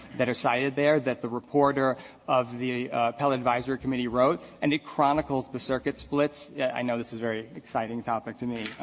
that are cited there that the reporter of the appellate advisory committee wrote and it chronicles the circuit splits i know this is a very exciting topic to me,